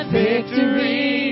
victory